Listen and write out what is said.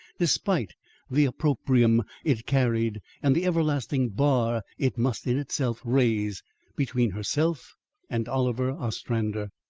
despite the opprobrium it carried and the everlasting bar it must in itself raise between herself and oliver ostrander?